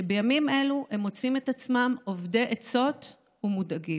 שבימים אלו מוצאים את עצמם אובדי עצות ומודאגים.